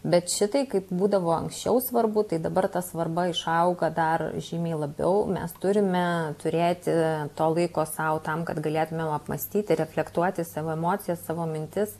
bet šitai kaip būdavo anksčiau svarbu tai dabar ta svarba išauga dar žymiai labiau mes turime turėti to laiko sau tam kad galėtumėm apmąstyti reflektuoti savo emocijas savo mintis